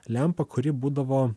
lempą kuri būdavo